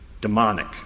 demonic